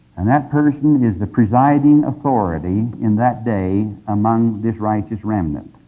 and that person is the presiding authority in that day among this righteous remnant.